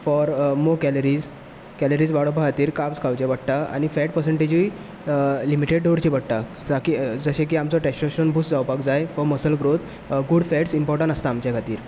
आनी carbs for more calories आनी calories वाडोवपा खातीर कार्बज खावचे पडटा आनी फेट पर्सन्टेजूय लिमिटीड दवरची पडटा जशें की आमचो टेसटेस्टेरोन बुस्ट जावपाक जाय for muscle growth good fats important आसता आमचे खातीर